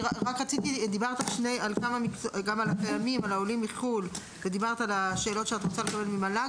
דיברת על העולים מחו"ל ודיברת על השאלות שאת רוצה לקבל ממל"ג,